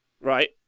Right